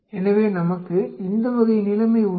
எனவே நமக்கு இந்த வகை நிலைமை உள்ளது